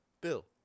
Bill